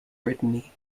brittany